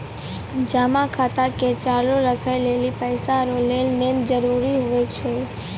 जमा खाता के चालू राखै लेली पैसा रो लेन देन जरूरी हुवै छै